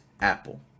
Apple